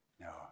No